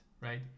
right